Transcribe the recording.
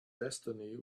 destiny